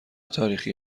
تاریخی